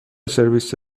سرویس